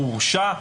הוא הורשע,